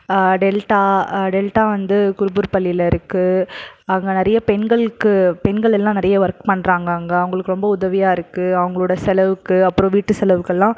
delta delta வந்து குர்பூர் பள்ளியில இருக்கு அங்கே நிறைய பெண்களுக்கு பெண்கள் எல்லாம் நிறைய ஒர்க் பண்ணுறாங்க அங்கே அவங்களுக்கு ரொம்ப உதவியாக இருக்கு அவங்களோட செலவுக்கு அப்புறம் வீட்டு செலவுக்கெல்லாம்